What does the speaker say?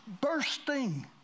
bursting